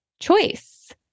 choice